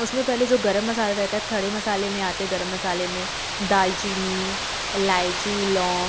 उसमें पहले जो गर्म मसाला रहता है खड़े मसाले में आतेगर्म मसाले में दालचीनी इलाईची लौंग